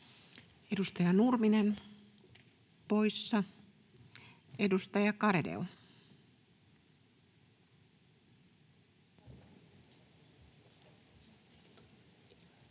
Edustaja Nurminen poissa. — Edustaja Garedew.